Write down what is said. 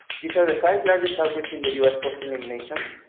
these are the five largest outbreaks in the u s. post-elimination.